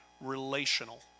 relational